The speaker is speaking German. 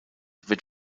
wird